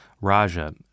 Raja